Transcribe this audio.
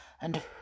And